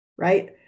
Right